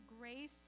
grace